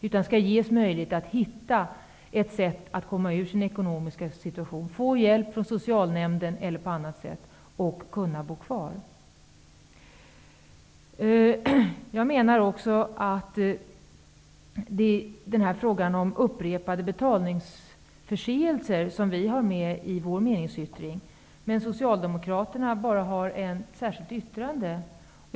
De skall ges möjlighet att hitta ett sätt att komma ur sin ekonomiska situation, få hjälp från socialnämnden eller på annat sätt och kunna bo kvar. Frågan om upprepade betalningsförseelser tas upp i vår meningsyttring, men Socialdemokraterna har bara ett särskilt yttrande.